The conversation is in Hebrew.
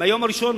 מהיום הראשון,